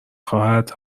خواهرت